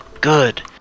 good